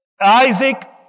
Isaac